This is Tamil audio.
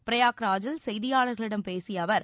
பிரயாக்ராஜில் செய்தியாளர்களிடம் பேசிய அவர்